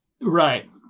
Right